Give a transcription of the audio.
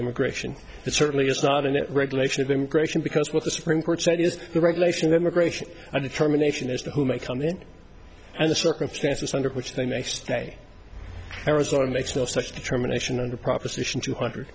immigration it certainly is not in the regulation of immigration because what the supreme court said is the regulation immigration and the terminations as to who may come in and the circumstances under which they may stay arizona makes no such determination under proposition two hundred